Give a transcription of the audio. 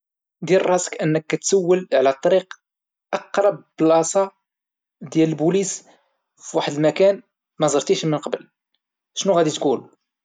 دير راسك انك موظف ديال المبيعات كتحاول تبيع واحد الطونوبيل لواحد الشخص، شنو غادي تقول؟